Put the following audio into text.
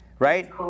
Right